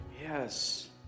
Yes